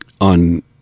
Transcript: on